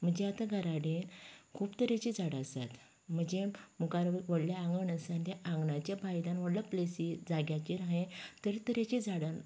म्हजे आता घरां कडेन खूब तरेची झाडां आसात म्हजे मुखार व्हडले आंगण आसा आनी त्या आंगणांच्या भायल्यान व्हडली प्लेसी जाग्याचेर हांवेन तरतरेची झाडां